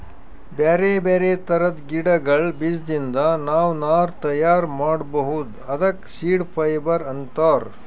ಬ್ಯಾರೆ ಬ್ಯಾರೆ ಥರದ್ ಗಿಡಗಳ್ ಬೀಜದಿಂದ್ ನಾವ್ ನಾರ್ ತಯಾರ್ ಮಾಡ್ಬಹುದ್ ಅದಕ್ಕ ಸೀಡ್ ಫೈಬರ್ ಅಂತಾರ್